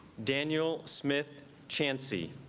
daniel smith chancy